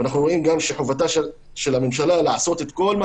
ואנחנו חושבים גם שחובתה של הממשלה לעשות את כל מה